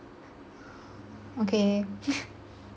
okay